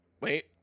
Wait